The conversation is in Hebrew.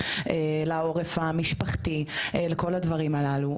לעורף המשפחתי ולכל הדברים הללו.